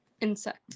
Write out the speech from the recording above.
Insect